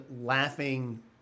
laughing